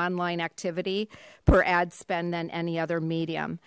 online activity per ad spend than any other medium